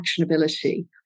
actionability